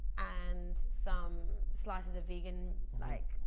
and some slices of vegan like